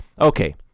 Okay